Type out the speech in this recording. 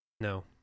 No